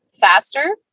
faster